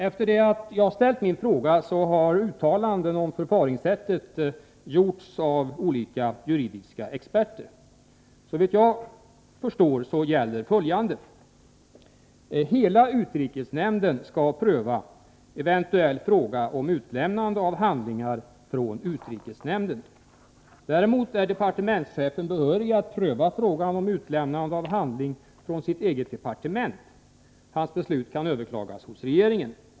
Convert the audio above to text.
Efter det att jag ställt min fråga har uttalanden om förfaringssättet gjorts av olika juridiska experter. Såvitt jag förstår gäller följande: Hela utrikesnämnden skall pröva eventuell fråga om utlämnande av handlingar från utrikesnämnden. Däremot är departementschefen behörig att pröva frågan om utlämnande av handling från sitt eget departement. Hans beslut kan överklagas hos regeringen.